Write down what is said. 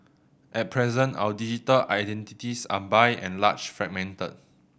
at present our digital identities are by and large fragmented